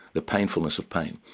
the painfulness of pain.